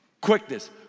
Quickness